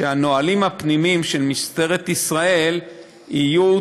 שהנהלים הפנימיים של משטרת ישראל יהיו